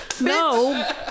No